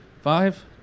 five